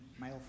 male